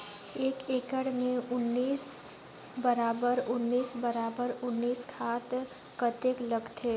एक एकड़ मे उन्नीस बराबर उन्नीस बराबर उन्नीस खाद कतेक लगथे?